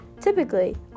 typically